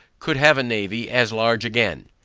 could have a navy as large again.